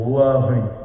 loving